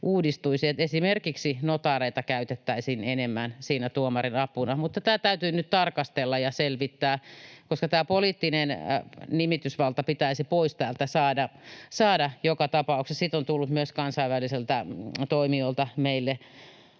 uudistuisi, että esimerkiksi notaareita käytettäisiin enemmän siinä tuomarin apuna? Mutta tämä täytyy nyt tarkastella ja selvittää, koska tämä poliittinen nimitysvalta pitäisi saada pois täältä joka tapauksessa. Siitä on tullut myös kansainvälisiltä toimijoilta meille